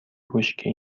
بشکه